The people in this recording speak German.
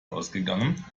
ausgegangen